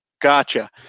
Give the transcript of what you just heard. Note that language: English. Gotcha